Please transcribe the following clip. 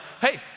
hey